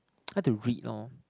like to read lor